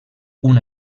una